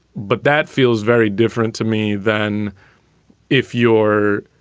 but that feels very different to me than if your,